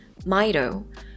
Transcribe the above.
Mido